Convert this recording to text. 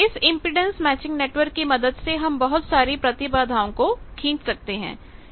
इस impedance matching network की मदद से हम बहुत सारी प्रतिबाधाओं को खींच सकते हैं